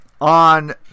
on